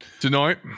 Tonight